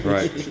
Right